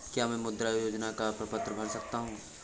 क्या मैं मुद्रा योजना का प्रपत्र भर सकता हूँ?